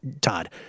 Todd